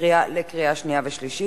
קריאה שנייה ושלישית.